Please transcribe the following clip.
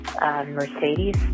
Mercedes